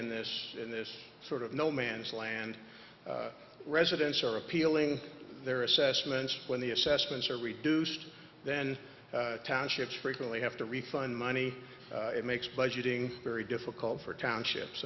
in this in this sort of no man's land residents are appealing their assessments when the assessments are reduced then townships frequently have to refund money it makes budgeting very difficult for a township